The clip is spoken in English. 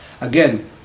Again